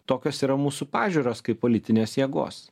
tokios yra mūsų pažiūros kaip politinės jėgos